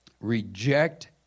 reject